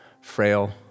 frail